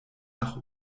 nach